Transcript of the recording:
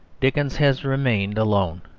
dickens has remained alone.